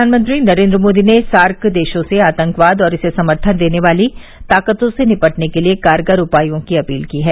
प्रधानमंत्री नरेन्द्र मोदी ने सार्क देशों से आतंकवाद और इसे समर्थन देने वाली ताकतों से निपटने के लिए कारगर उपायों की अपील की है